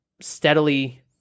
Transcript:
steadily